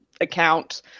account